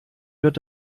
wird